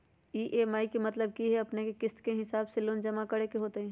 EMI के मतलब है कि अपने के किस्त के हिसाब से लोन जमा करे के होतेई?